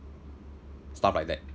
stuff like that